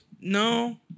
no